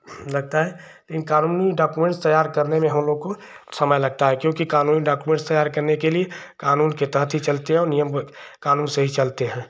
लगता है लेकिन कानूनी डॉक्युमेन्ट्स तैयार करने में हमलोगों को समय लगता है क्योंकि कानूनी डॉक्युमेन्ट्स तैयार करने के लिए कानून के तहत ही चलते हैं और नियम कानून से ही चलते हैं